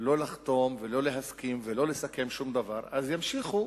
לא לחתום ולא להסכים ולא לסכם שום דבר, אז ימשיכו